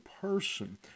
person